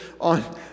on